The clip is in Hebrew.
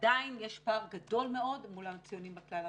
עדיין יש פער גדול מאוד מול הציונים בכלל-ארציים.